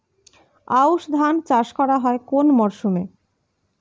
আউশ ধান চাষ করা হয় কোন মরশুমে?